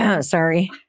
Sorry